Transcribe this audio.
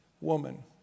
woman